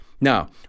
Now